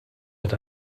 mit